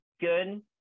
good